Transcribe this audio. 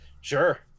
sure